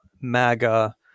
MAGA